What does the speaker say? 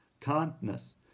kindness